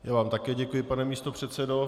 Já vám také děkuji, pane místopředsedo.